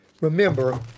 Remember